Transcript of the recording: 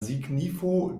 signifo